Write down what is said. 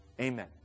Amen